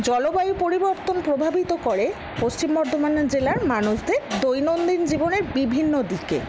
জলবায়ু পরিবর্তন প্রভাবিত করে পশ্চিম বর্ধমান জেলার মানুষদের দৈনন্দিন জীবনের বিভিন্ন দিকে